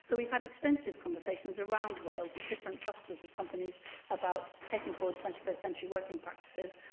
so we've had extensive conversations around wales with different clusters of companies about taking forward twenty-first century working practices.